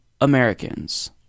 Americans